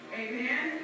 amen